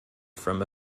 from